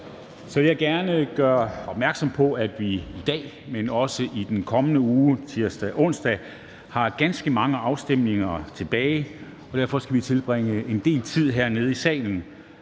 Jeg vil gerne gøre opmærksom på, at vi i dag, men også i den kommende uge, tirsdag og onsdag, har ganske mange afstemninger, og derfor skal vi tilbringe en del tid hernede i salen.